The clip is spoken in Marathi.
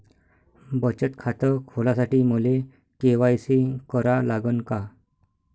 बचत खात खोलासाठी मले के.वाय.सी करा लागन का?